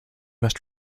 must